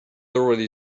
already